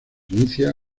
inicia